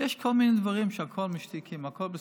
יש כל מיני דברים והכול משתיקים, הכול בסדר.